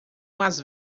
mais